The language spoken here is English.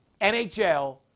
NHL